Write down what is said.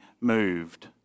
moved